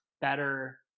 better